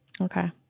okay